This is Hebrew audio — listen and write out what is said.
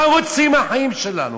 מה הם רוצים מהחיים שלנו?